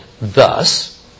Thus